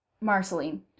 Marceline